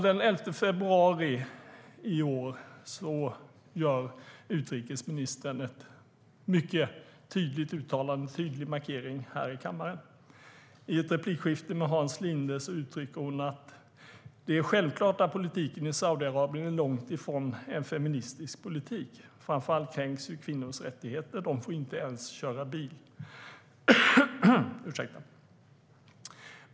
Den 11 februari i år gör utrikesministern ett mycket tydligt uttalande här i kammaren, en tydlig markering. I ett replikskifte med Hans Linde säger hon: "Det är självklart att politiken i Saudiarabien är långt ifrån en feministisk politik. Framför allt kränks ju kvinnors rättigheter. De får inte ens köra bil.